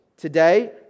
Today